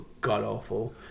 god-awful